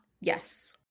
Yes